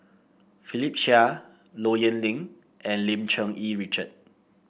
Philip Chia Low Yen Ling and Lim Cherng Yih Richard